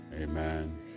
amen